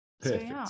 Perfect